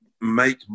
make